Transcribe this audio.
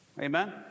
Amen